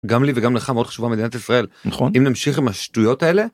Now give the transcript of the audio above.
גם לי וגם לך מאוד חשובה מדינת ישראל. נכון. אם נמשיך עם השטויות האלה-